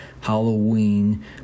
Halloween